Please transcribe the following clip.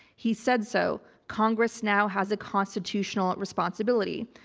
he said so. congress now has a constitutional responsibility.